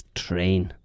train